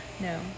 No